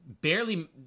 barely